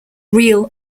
real